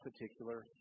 particular